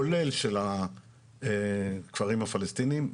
כולל של הכפרים הפלסטינים,